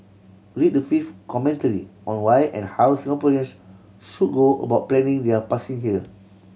read the fifth commentary on why and how Singaporeans should go about planning their passing here